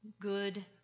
good